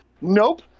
Nope